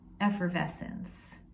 effervescence